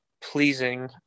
pleasing